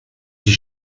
die